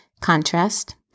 Contrast